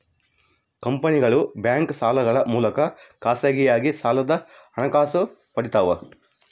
ಕಂಪನಿಗಳು ಬ್ಯಾಂಕ್ ಸಾಲಗಳ ಮೂಲಕ ಖಾಸಗಿಯಾಗಿ ಸಾಲದ ಹಣಕಾಸು ಪಡಿತವ